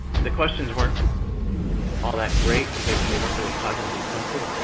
the questions weren't all that great, because they they weren't really cognitively tested.